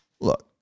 Look